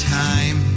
time